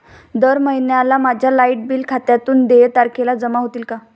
दर महिन्याला माझ्या लाइट बिल खात्यातून देय तारखेला जमा होतील का?